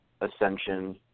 ascension